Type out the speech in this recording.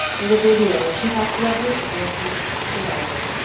in the video she talks about her experience as a survivor,